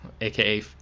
aka